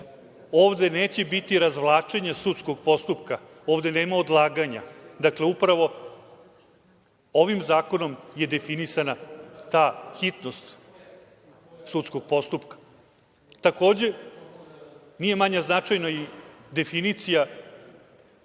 Ovde neće biti razvlačenja sudskog postupka, ovde nema odlaganja. Dakle, upravo ovim zakonom je definisana ta hitnost sudskog postupka. Takođe, nije manje značajna i definicija